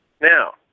Now